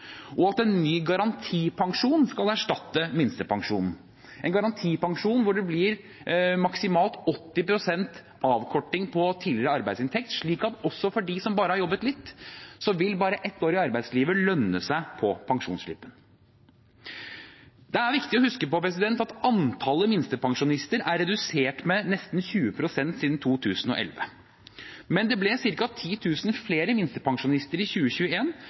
og at en ny garantipensjon skal erstatte minstepensjonen, en garantipensjon hvor det blir maksimalt 80 pst. avkorting på tidligere arbeidsinntekt, slik at også for dem som bare har jobbet litt, så vil bare ett år i arbeidslivet lønne seg på pensjonsslippen. Det er viktig å huske på at antallet minstepensjonister er redusert med nesten 20 pst. siden 2011, men det ble ca. 10 000 flere minstepensjonister i